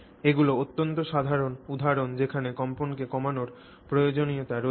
এগুলি অত্যন্ত সাধারণ উদাহরণ যেখানে কম্পনকে কমানোর প্রয়োজনীয়তা রয়েছে